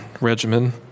regimen